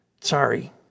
Sorry